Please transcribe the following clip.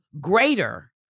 greater